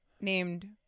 Named